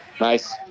Nice